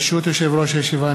ברשות יושב-ראש הישיבה,